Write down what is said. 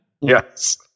Yes